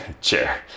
chair